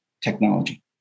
technology